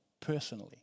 personally